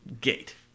gate